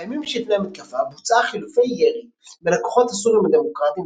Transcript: בימים שלפני המתקפה בוצעה חילופי ירי בין הכוחות הסורים הדמוקרטים